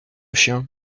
chien